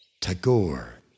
Tagore